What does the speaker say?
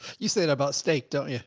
you said about steak don't you.